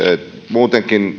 muutenkin